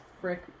Frick